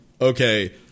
okay